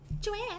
Joanne